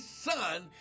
son